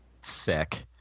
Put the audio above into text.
Sick